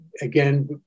again